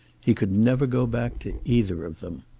he could never go back to either of them.